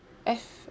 F